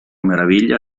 meraviglia